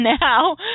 now